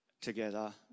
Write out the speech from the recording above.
together